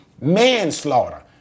manslaughter